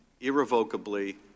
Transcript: irrevocably